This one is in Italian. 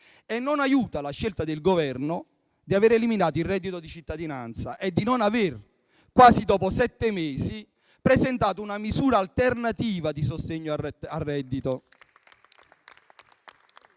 Non aiuta la scelta del Governo di aver eliminato il reddito di cittadinanza e, quasi dopo sette mesi, di non aver presentato una misura alternativa di sostegno al reddito.